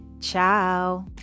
Ciao